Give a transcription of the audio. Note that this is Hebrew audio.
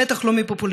בטח לא מפופוליזם.